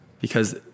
because-